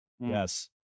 Yes